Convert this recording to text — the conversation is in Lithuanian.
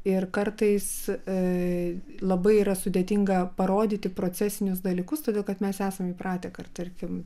ir kartais ir labai yra sudėtinga parodyti procesinius dalykus todėl kad mes esame įpratę kad tarkim